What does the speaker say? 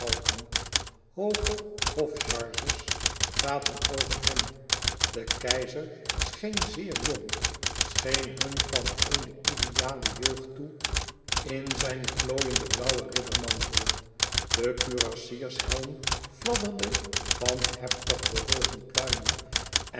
hooge hofcharges zaten over hem de keizer scheen zeer jong scheen hun van eene ideale jeugd toe in zijn plooienden blauwen riddermantel den kurassiershelm fladderende van heftig bewogen pluimen